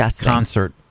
concert